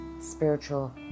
spiritual